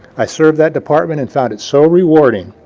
i served that department and found it so rewarding.